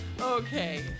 Okay